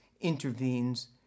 intervenes